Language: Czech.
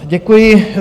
Děkuji.